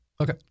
Okay